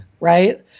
right